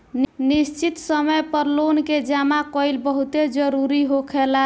निश्चित समय पर लोन के जामा कईल बहुते जरूरी होखेला